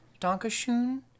Donkashun